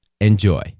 Enjoy